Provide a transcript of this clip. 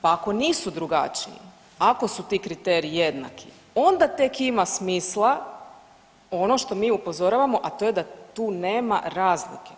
Pa ako nisu drugačiji, ako su ti kriteriji jednaki onda tek ima smisla ono što mi upozoravamo, a to je da tu nema razlike.